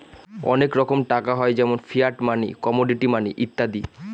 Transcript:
অনেক রকমের টাকা হয় যেমন ফিয়াট মানি, কমোডিটি মানি ইত্যাদি